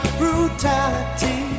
brutality